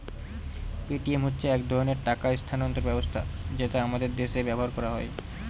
Paytm হচ্ছে এক ধরনের টাকা স্থানান্তর ব্যবস্থা যেটা আমাদের দেশে ব্যবহার করা হয়